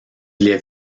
était